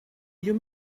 you